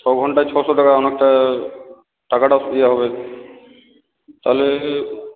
ছ ঘণ্টায় ছশো টাকা অনেকটা টাকাটাও ইয়ে হবে তাহলে